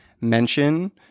mention